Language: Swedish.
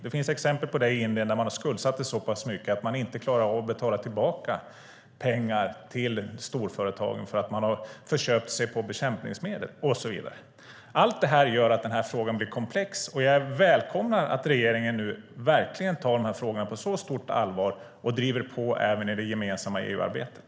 Det finns exempel i Indien där bönder har skuldsatt sig så mycket att de inte klarar att betala tillbaka pengar till storföretagen eftersom det har förköpt sig på bekämpningsmedel. Frågan är komplex. Jag välkomnar att regeringen tar frågan på så stort allvar och driver på i det gemensamma EU-arbetet.